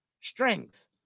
strength